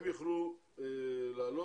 הם יוכלו לבקר,